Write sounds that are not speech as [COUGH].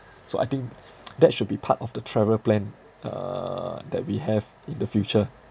so I think [NOISE] that should be part of the travel plan uh that we have in the future